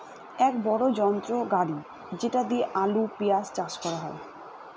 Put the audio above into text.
এক বড়ো যন্ত্র গাড়ি যেটা দিয়ে আলু, পেঁয়াজ চাষ করা হয়